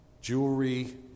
Jewelry